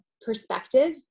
perspective